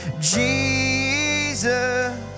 Jesus